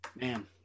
Man